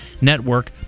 network